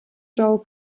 john